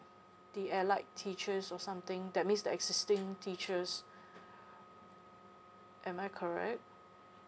the allied teachers or something that means the existing teachers am I correct